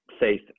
faith